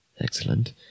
Excellent